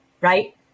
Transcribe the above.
right